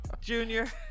Junior